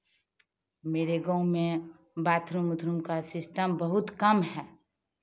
मेरे गाँव में बाथरूम ओथरूम का सिस्टम बहुत कम है